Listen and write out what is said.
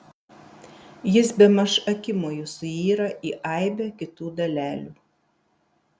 jis bemaž akimoju suyra į aibę kitų dalelių